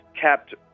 kept